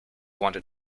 wanted